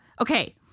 Okay